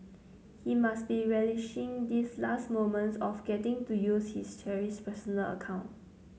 he must be relishing these last moments of getting to use his cherished personal account